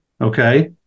okay